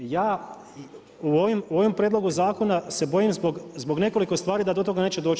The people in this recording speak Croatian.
Ja u ovom prijedlogu zakona se bojim zbog nekoliko stvari da do toga neće doći.